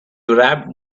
wrapped